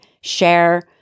share